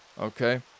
okay